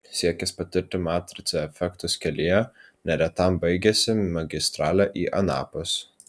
siekis patirti matrica efektus kelyje neretam baigiasi magistrale į anapus